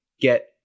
get